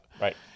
Right